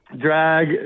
Drag